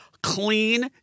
clean